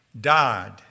died